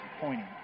pointing